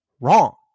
wrong